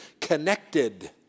connected